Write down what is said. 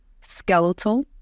skeletal